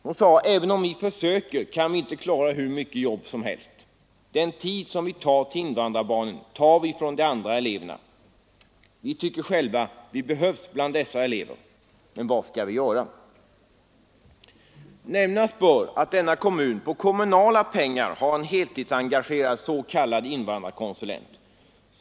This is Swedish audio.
Hon sade: Även om vi försöker, kan vi inte klara hur mycket jobb som helst. Den tid som vi ägnar åt invandrarbarnen tar vi från de andra eleverna. Vi tycker själva att vi behövs bland dessa elever. Men vad skall vi göra? Nämnas bör att Botkyrka för kommunala pengar har en heltidsengagerad s.k. invandrarkonsulent.